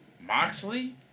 Moxley